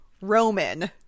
Roman